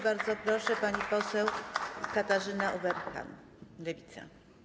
Bardzo proszę, pani poseł Katarzyna Ueberhan, Lewica.